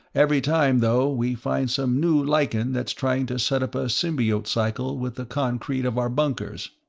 every time, though, we find some new lichen that's trying to set up a symbiote cycle with the concrete of our bunkers.